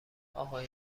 اقای